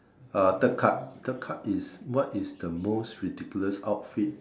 uh third card third card is what is the most ridiculous outfit